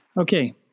Okay